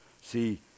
See